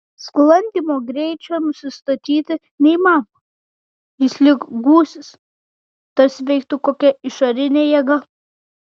sklandymo greičio nusistatyti neįmanoma jis lyg gūsis tarsi veiktų kokia išorinė jėga